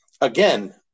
again